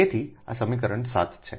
તેથી આ સમીકરણ 7 છે